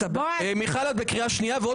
מיכל שיר, את בקריאה שנייה.